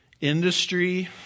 industry